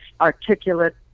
articulate